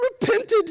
repented